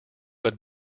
but